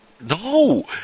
No